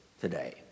today